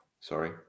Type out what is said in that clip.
Sorry